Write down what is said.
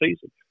season